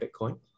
Bitcoin